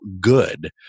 good